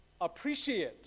appreciate